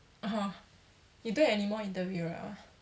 (uh huh) you don't have anymore interview liao ah